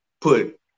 put